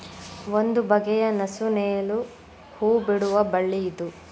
ಒಂದು ಬಗೆಯ ನಸು ನೇಲು ಹೂ ಬಿಡುವ ಬಳ್ಳಿ ಇದು